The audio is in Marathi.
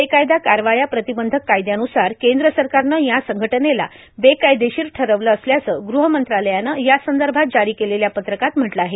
बेकायदा कारवाया प्रतिबंधक कायदयानुसार केंद्र सरकारनं या संघटनेला बेकायदेशीर ठरवलं असल्याचं गुह मंत्रालयानं यासंदर्भात जारी केलेल्या पत्रकात म्हटलं आहे